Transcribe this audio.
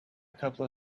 couple